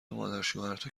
مادرشوهرتو